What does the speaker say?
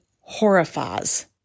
horrifies